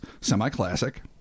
Semi-classic